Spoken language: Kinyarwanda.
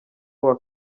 uwa